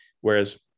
whereas